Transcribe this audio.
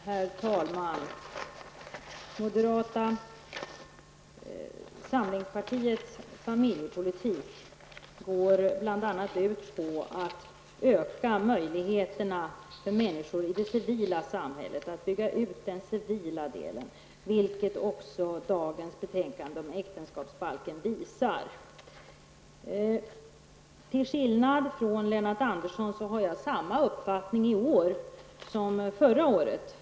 Herr talman! Moderata samlingspartiets familjepolitik går bl.a. ut på att öka möjligheterna för människor i det civila samhället, att bygga ut den civila delen, vilket också dagens betänkande om äktenskapsbalken visar. Till skillnad från Lennart Andersson har jag samma uppfattning i år som förra året.